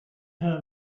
her